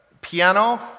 piano